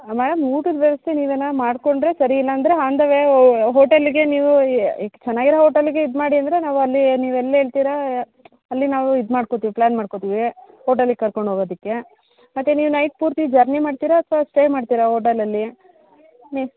madam ಊಟದ ವ್ಯವಸ್ಥೆ ನೀವೇ ಮಾಡಿಕೊಂಡ್ರೆ ಸರಿ ಇಲ್ಲ ಅಂದರೆ ಆನ್ ದ ವೇ ಹೋಟೆಲ್ಲಿಗೆ ನೀವು ಚೆನ್ನಾಗಿರೋ ಹೋಟೆಲಿಗೆ ಇದು ಮಾಡಿ ಅಂದರೆ ನಾವಲ್ಲಿ ನೀವು ಎಲ್ಲಿ ಹೇಳ್ತೀರಿ ಅಲ್ಲಿ ನಾವು ಇದು ಮಾಡ್ಕೋಳ್ತೀವಿ ಪ್ಲಾನ್ ಮಾಡ್ಕೋಳ್ತೀವಿ ಹೋಟೆಲಿಗೆ ಕರ್ಕೊಂಡು ಹೋಗೋದಕ್ಕೆ ಮತ್ತೆ ನೀವು ನೈಟ್ ಪೂರ್ತಿ ಜರ್ನಿ ಮಾಡ್ತೀರಾ ಅಥ್ವಾ ಸ್ಟೇ ಮಾಡ್ತೀರಾ ಹೋಟೆಲಲ್ಲಿ ಹ್ಞೂ